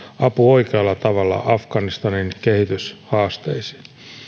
apu oikealla tavalla afganistanin kehityshaasteisiin